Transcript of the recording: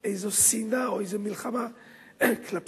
איזו שנאה או איזו מלחמה כלפי